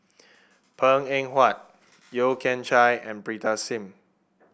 Png Eng Huat Yeo Kian Chai and Pritam Singh